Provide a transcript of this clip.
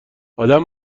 ادم